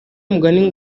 mugani